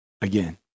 again